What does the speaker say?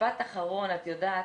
משפט אחרון, את יודעת,